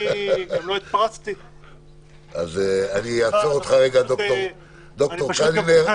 אני אעצור אותך לרגע, ד"ר קלינר.